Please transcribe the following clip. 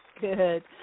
good